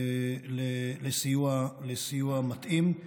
לסיוע מתאים,